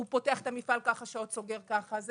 הוא פותח את המפעל בשעה כזאת וסוגר בשעה אחרת,